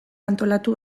antolatu